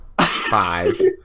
five